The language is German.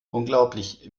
unglaublich